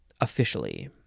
officially